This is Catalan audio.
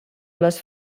les